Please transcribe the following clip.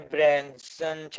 Branson